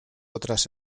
otras